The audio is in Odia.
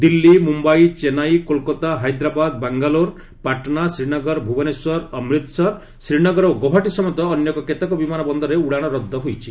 ଦିଲ୍ଲୀ ମୁମ୍ୟାଇ ଚେନ୍ନାଇ କୋଲ୍କାତା ହାଇଦ୍ରାବାଦ ବାଙ୍ଗାଲୋର୍ ପାଟ୍ନା ଶ୍ରୀନଗର ଭୁବନେଶ୍ୱର ଅମ୍ରିତ୍ସର ଶ୍ରୀନଗର ଓ ଗୌହାଟୀ ସମେତ ଅନ୍ୟ କେତେକ ବିମାନ ବନ୍ଦରରେ ଉଡ଼ାଣ ରଦ୍ଦ ହୋଇଛି